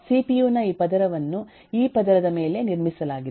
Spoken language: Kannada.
ಸಿಪಿಯು ನ ಈ ಪದರವನ್ನು ಈ ಪದರದ ಮೇಲೆ ನಿರ್ಮಿಸಲಾಗಿದೆ